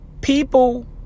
people